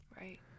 Right